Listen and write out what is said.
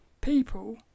people